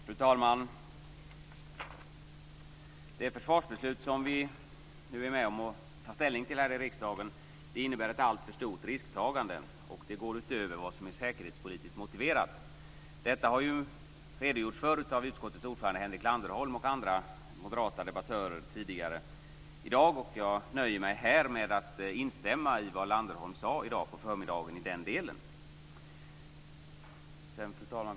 Fru talman! Det försvarsbeslut som vi nu ska ta ställning till här i riksdagen innebär ett alltför stort risktagande, och det går utöver vad som är säkerhetspolitiskt motiverat. Detta har utskottets ordförande Henrik Landerholm och andra moderata debattörer sagt tidigare i dag, och jag nöjer mig med att här instämma i det som Landerholm sade på förmiddagen i dag i den delen.